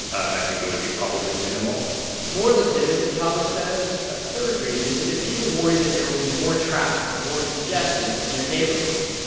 and i think it would be probably minimal more legitimately, paavo says, a third reason is that people worry that there will be more traffic, more congestion in their neighborhoods.